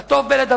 אתה טוב בלדבר,